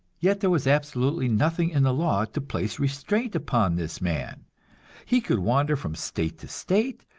yet there was absolutely nothing in the law to place restraint upon this man he could wander from state to state,